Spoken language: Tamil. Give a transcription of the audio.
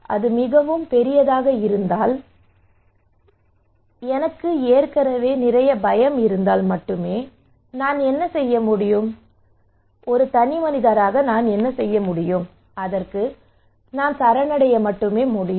அது மிகப் பெரியதாக இருந்தால் எனக்கு நிறைய பயம் இருந்தால் மட்டுமே நான் செய்ய முடியும் அதற்கு நான் சரணடைய முடியும்